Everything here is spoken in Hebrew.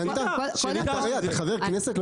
אתה חבר כנסת?